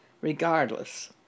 regardless